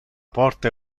porta